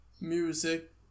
Music